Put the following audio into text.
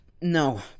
no